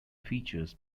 features